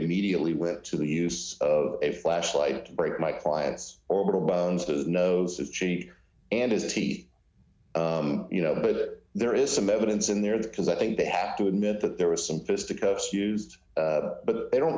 immediately went to the use of a flashlight to break my client's orbital bones the nose his cheek and his teeth you know that there is some evidence in there that because i think they have to admit that there was some fisticuffs used but they don't